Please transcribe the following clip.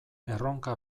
erronka